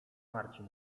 marcin